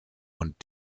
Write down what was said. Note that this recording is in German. und